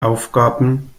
aufgaben